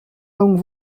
long